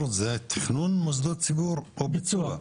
ציבור, זה תכנון מוסדות ציבור או ביצוע?